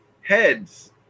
heads